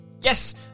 Yes